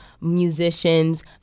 musicians